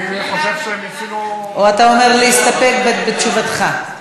או שאתה אומר להסתפק בתשובתך?